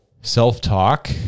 Self-talk